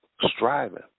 striving